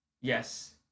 Yes